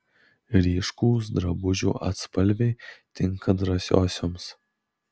ryškūs drabužių atspalviai tinka drąsiosioms